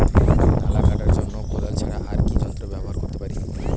নালা কাটার জন্য কোদাল ছাড়া আর কি যন্ত্র ব্যবহার করতে পারি?